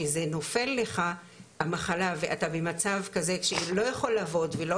שזה נופל לך המחלה ואתה במצב כזה שאתה לא יכול לעבוד ולא